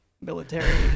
military